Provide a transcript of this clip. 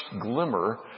glimmer